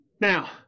Now